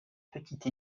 petite